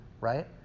right